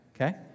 okay